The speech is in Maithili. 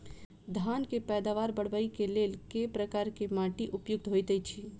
धान केँ पैदावार बढ़बई केँ लेल केँ प्रकार केँ माटि उपयुक्त होइत अछि?